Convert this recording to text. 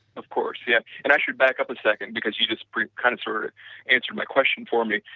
of course, yeah. and i should back up a second because you just kind of sort of answered my question for me.